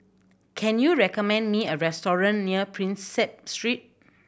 can you recommend me a restaurant near Prinsep Street